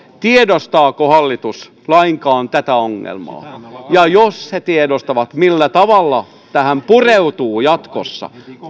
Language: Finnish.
tiedostaako hallitus lainkaan tätä ongelmaa ja jos se tiedostaa millä tavalla se tähän pureutuu jatkossa